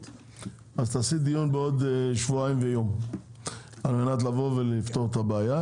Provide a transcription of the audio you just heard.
אז תעשי דיון בעוד שבועיים ויום על מנת לפתור את הבעיה.